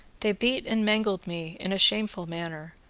they beat and mangled me in a shameful manner,